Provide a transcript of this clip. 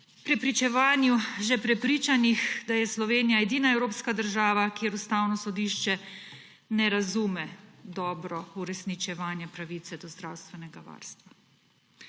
prepričevanju že prepričanih, da je Slovenija edina evropska država, kjer Ustavno sodišče ne razume dobro uresničevanja pravice do zdravstvenega varstva.